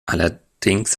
allerdings